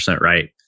right